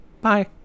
Bye